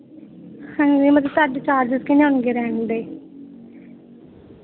ਹਾਂਜੀ ਮਤਲਬ ਤੁਹਾਡੇ ਚਾਰਜਸ ਕਿੰਨੇ ਹੋਣਗੇ ਰੈਂਟ ਦੇ